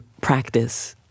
practice